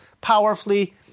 powerfully